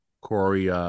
Corey